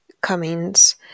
Cummings